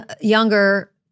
younger